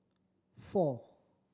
four